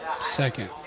second